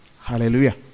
Hallelujah